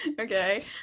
okay